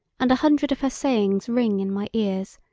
and a hundred of her sayings ring in my ears,